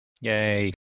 Yay